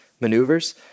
maneuvers